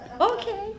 okay